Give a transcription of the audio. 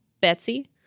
Betsy